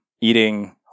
eating